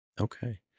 Okay